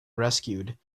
rescued